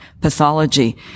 pathology